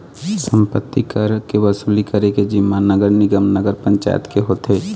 सम्पत्ति कर के वसूली करे के जिम्मा नगर निगम, नगर पंचायत के होथे